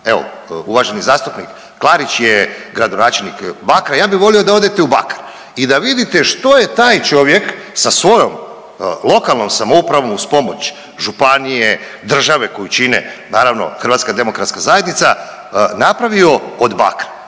evo uvaženi zastupnik Klarić je gradonačelnik Bakra ja bi volio da odete u Bakar i da vidite što je taj čovjek sa svojom lokalnom samoupravom uz pomoć županije, države koju čine naravno HDZ napravio od Bakra,